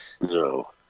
No